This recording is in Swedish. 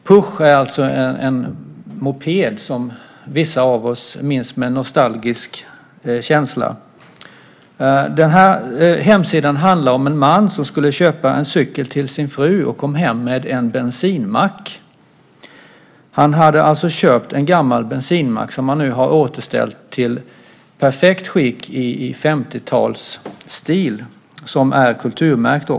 Puch är alltså en moped, som vissa av oss minns med nostalgisk känsla. Den här hemsidan handlar om en man som skulle köpa en cykel till sin fru och kom hem med en bensinmack. Han hade alltså köpt en gammal bensinmack, som han nu har återställt till perfekt skick i 50-talsstil och som är kulturmärkt.